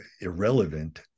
irrelevant